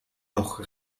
noch